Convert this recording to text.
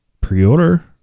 Pre-order